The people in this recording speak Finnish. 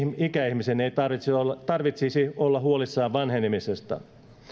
ikäihmisen ei tarvitsisi olla huolissaan vanhenemisesta